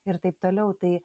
ir taip toliau tai